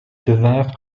devinrent